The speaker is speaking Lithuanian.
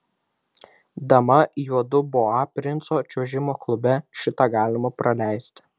dama juodu boa princo čiuožimo klube šitą galima praleisti